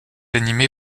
animé